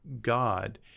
God